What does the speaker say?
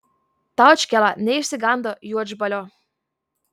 taučkėla neišsigando juodžbalio